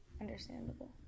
Understandable